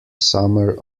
summer